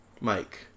Mike